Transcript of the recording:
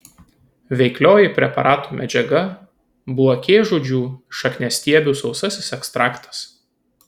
veiklioji preparato medžiaga blakėžudžių šakniastiebių sausasis ekstraktas